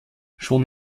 schon